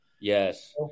Yes